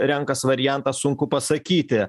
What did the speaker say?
renkas variantą sunku pasakyti